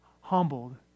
humbled